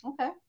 Okay